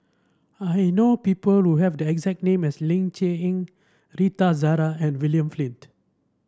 I know people who have the exact name as Ling Cher Eng Rita Zahara and William Flint